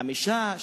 חמישה,